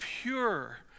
Pure